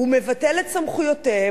הוא מבטל את סמכויותיהם,